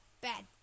bad